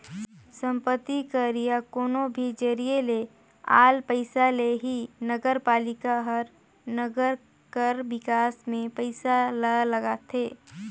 संपत्ति कर या कोनो भी जरिए ले आल पइसा ले ही नगरपालिका हर नंगर कर बिकास में पइसा ल लगाथे